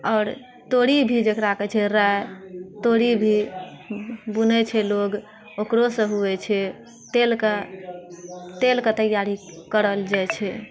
आओर तोरी भी जकरा कहैत छै राइ तोरी भी बुनैत छै लोग ओकरोसभ होइत छै तेलके तेलके तैआरी करल जाइत छै